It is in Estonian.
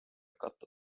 katta